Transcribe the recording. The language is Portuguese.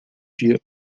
dia